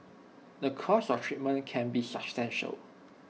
the cost of treatment can be substantial